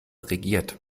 regiert